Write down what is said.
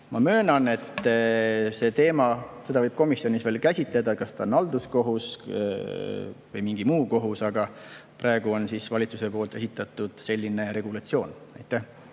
Ma möönan, et seda teemat võib komisjonis veel käsitleda, kas see on halduskohus või mingi muu kohus, aga praegu on valitsusest esitatud selline regulatsioon. Aitäh!